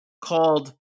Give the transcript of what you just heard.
called